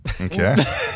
okay